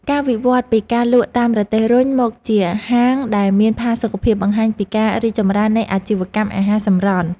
ការវិវត្តពីការលក់តាមរទេះរុញមកជាហាងដែលមានផាសុកភាពបង្ហាញពីការរីកចម្រើននៃអាជីវកម្មអាហារសម្រន់។